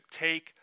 take